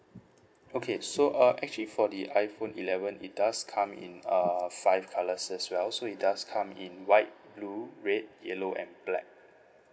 okay so uh actually for the iPhone eleven it does come in uh five colours as well so it does come in white blue red yellow and black